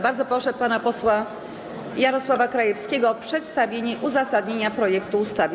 Bardzo proszę pana posła Jarosława Krajewskiego o przedstawienie uzasadnienia projektu ustawy.